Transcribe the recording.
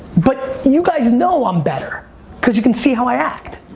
but you guys know i'm better cause you can see how i act.